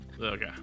Okay